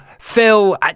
phil